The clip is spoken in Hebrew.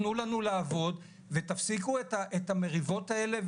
תנו לנו לעבוד ותפסיקו את המריבות האלה,